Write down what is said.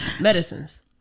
medicines